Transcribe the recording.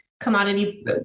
commodity